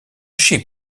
ship